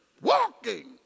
walking